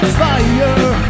fire